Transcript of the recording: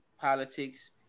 politics